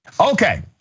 Okay